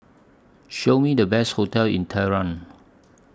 Show Me The Best hotels in Tehran